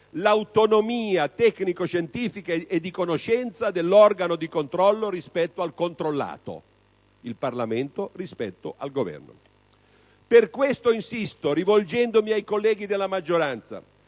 l'autonomia tecnico-scientifica e di conoscenza dell'organo di controllo rispetto al controllato, cioè del Parlamento rispetto al Governo. Per questo motivo insisto, rivolgendomi ai colleghi della maggioranza